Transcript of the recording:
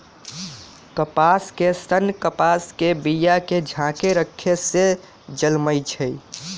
कपास के सन्न कपास के बिया के झाकेँ रक्खे से जलमइ छइ